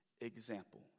example